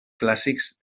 clàssics